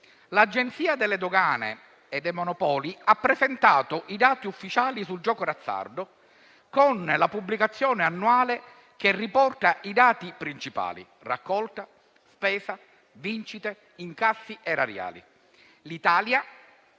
l'Agenzia delle dogane e dei monopoli ha presentato i dati ufficiali sul gioco d'azzardo con la pubblicazione annuale che riporta i dati principali: raccolta, spesa, vincite, incassi erariali. L'Italia